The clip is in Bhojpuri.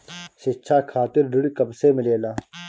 शिक्षा खातिर ऋण कब से मिलेला?